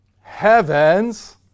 heavens